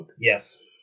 Yes